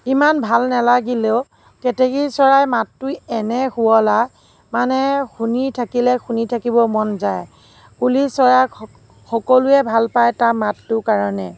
ইমান ভাল নালাগিলেও কেতেকী চৰাইৰ মাতটো এনে শুৱলা মানে শুনি থাকিলে শুনি থাকিব মন যায় কুলি চৰাইক সক সকলোৱে ভাল পায় তাৰ মাতটোৰ কাৰণে